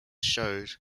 showed